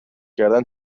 کردن